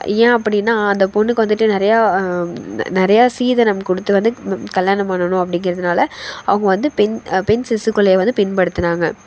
ஏன் அப்படின்னா அந்த பொண்ணுக்கு வந்துட்டு நிறையா ந நிறையா சீதனம் கொடுத்து வந்து கல்யாணம் பண்ணணும் அப்படிங்கிறதுனால அவங்க வந்து பெண் பெண் சிசு கொலையை வந்து பின்படுத்துனாங்க